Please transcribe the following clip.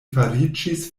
fariĝis